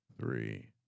Three